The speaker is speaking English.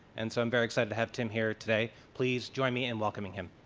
and so i'm very excited to have tim here today. please join me in welcoming him.